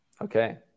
Okay